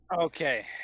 okay